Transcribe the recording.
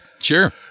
Sure